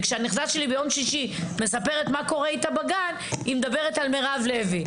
וכשהנכדה שלי ביום שישי מספרת מה קורה איתה בגן היא מספרת על מירב לוי.